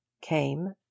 Came